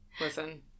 Listen